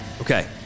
Okay